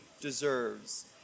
deserves